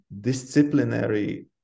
disciplinary